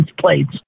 plates